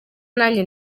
nanjye